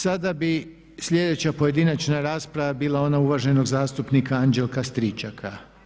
Sada bi sljedeća pojedinačna rasprava bila ona uvaženog zastupnika Anđelka Stričaka.